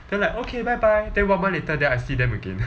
then I like okay bye bye then one month later then I see them again